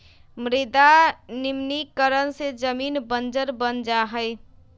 मृदा निम्नीकरण से जमीन बंजर बन जा हई